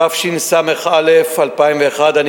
התשס"א2001 ,